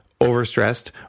overstressed